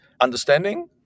understanding